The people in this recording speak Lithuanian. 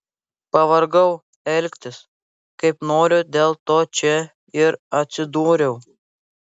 pavargau elgtis kaip noriu dėl to čia ir atsidūriau